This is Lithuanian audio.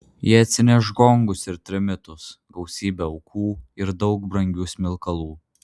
jie atsineš gongus ir trimitus gausybę aukų ir daug brangių smilkalų